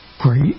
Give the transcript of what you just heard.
great